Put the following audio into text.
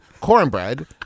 cornbread